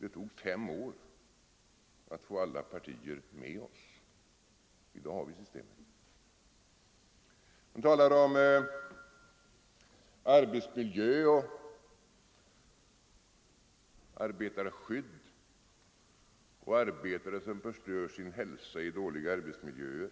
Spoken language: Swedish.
Det tog fem år att få alla partier med oss — i dag är det av oss föreslagna systemet i tillämpning. Det talas mycket om arbetsmiljö, om arbetarskydd och om arbetare som förstör sin hälsa i dåliga arbetsmiljöer.